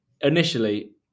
initially